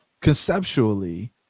conceptually